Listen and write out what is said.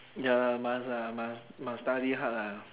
ya lah must ah must must study hard lah